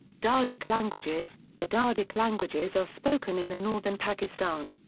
dardic languages the dardic languages are spoken in the northern pakistan.